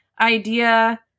idea